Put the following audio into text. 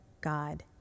God